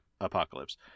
apocalypse